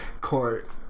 court